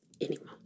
anymore